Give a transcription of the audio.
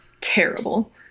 terrible